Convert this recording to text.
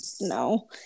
no